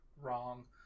wrong